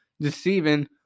deceiving